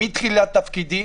מתחילת תפקידי,